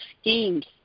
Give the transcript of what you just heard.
schemes